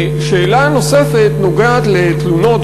שאלה נוספת נוגעת לתלונות,